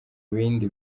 bindi